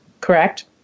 Correct